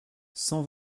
cent